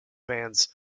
bands